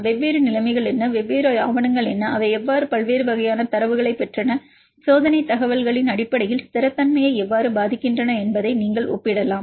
வெவ்வேறு நிலைமைகள் என்ன வெவ்வேறு ஆவணங்கள் என்ன அவை எவ்வாறு பல்வேறு வகையான தரவுகளைப் பெற்றன சோதனைத் தகவல்களின் அடிப்படையில் ஸ்திரத்தன்மையை எவ்வாறு பாதிக்கின்றன என்பதை நீங்கள் ஒப்பிடலாம்